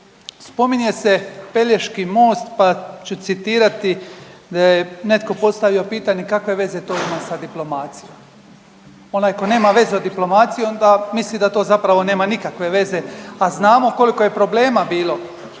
Spominje se Pelješki most pa ću citirati da je netko postavio pitanje kakve veze to ima sa diplomacijom. Onaj tko nema veze o diplomaciji onda misli da to zapravo nema nikakve veze, a znamo koliko je problema bilo